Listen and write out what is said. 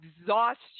exhaustion